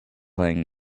playing